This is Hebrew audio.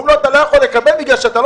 אומרים לו שהוא לא יכול לקבל בגלל שהוא לא